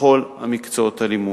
בכל מקצועות הלימוד.